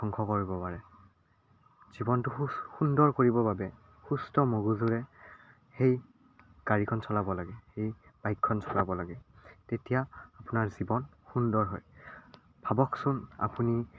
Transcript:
ধ্বংস কৰিব পাৰে জীৱনটো সুন্দৰ কৰিব বাবে সুস্থ মগজুৰে সেই গাড়ীখন চলাব লাগে সেই বাইকখন চলাব লাগে তেতিয়া আপোনাৰ জীৱন সুন্দৰ হয় ভাবকচোন আপুনি